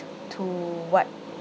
to what